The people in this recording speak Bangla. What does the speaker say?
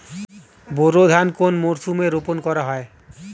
বোরো ধান কোন মরশুমে রোপণ করা হয়?